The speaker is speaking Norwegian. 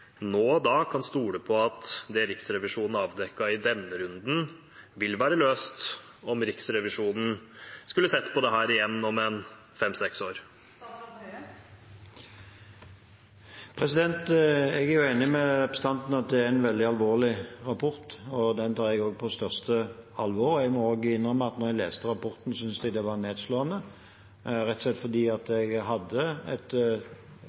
nå kan stole på at det Riksrevisjonen avdekket i denne runden, vil være løst om Riksrevisjonen skulle se på dette igjen om fem–seks år. Jeg er enig med representanten i at det er en veldig alvorlig rapport, og jeg tar den på største alvor. Jeg må innrømme at da jeg leste rapporten, syntes jeg det var nedslående, rett og slett fordi jeg hadde et betydelig håp om at tilstanden skulle være bedre etter de